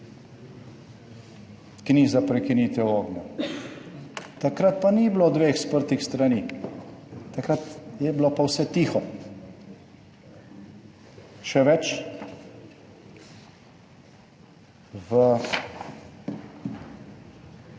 ki ni za prekinitev ognja. Takrat pa ni bilo dveh sprtih strani, takrat je bilo pa vse tiho. Še več, v